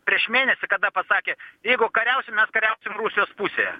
prieš mėnesį kada pasakė jeigu kariausim mes kariausim rusijos pusėje